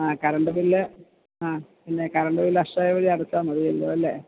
ആ current bill ആ പിന്നെ കരണ്ട് ബില് അക്ഷയ വഴി അടച്ചാല് മതിയല്ലോ അല്ലേ